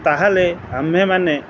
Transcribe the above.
ତା'ହେଲେ ଆମ୍ଭେମାନେ